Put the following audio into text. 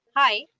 Hi